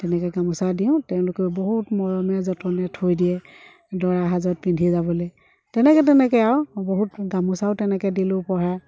তেনেকৈ গামোচা দিওঁ তেওঁলোকেও বহুত মৰমে যতনে থৈ দিয়ে দৰাসাজত পিন্ধি যাবলৈ তেনেকৈ তেনেকৈ আৰু বহুত গামোচাও তেনেকৈ দিলোঁ উপহাৰ